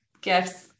gifts